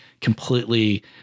completely